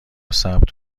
ثبت